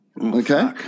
okay